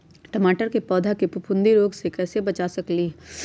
टमाटर के पौधा के फफूंदी रोग से कैसे बचा सकलियै ह?